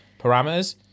parameters